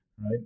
right